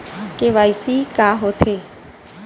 KYC का होथे?